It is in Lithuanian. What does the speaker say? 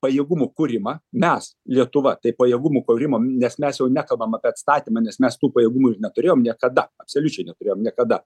pajėgumų kūrimą mes lietuva tai pajėgumų kūrimo nes mes jau nekalbam apie atstatymą nes mes tų pajėgumų ir neturėjom niekada absoliučiai neturėjom niekada